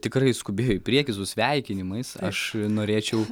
tikrai skubėjo į priekį su sveikinimais aš norėčiau